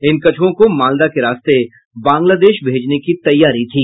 इन कछुओं को मालदा के रास्ते बांग्लादेश भेजने की तैयारी थी